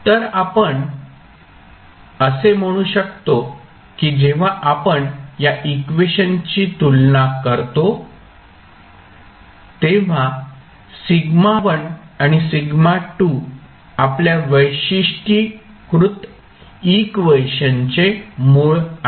तर आपण असे म्हणू शकतो की जेव्हा आपण या इक्वेशनची तुलना करतो तेव्हा σ1 आणि σ2 आपल्या वैशिष्ट्यीकृत इक्वेशनचे मूळ आहेत